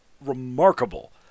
remarkable